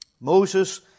Moses